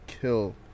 kill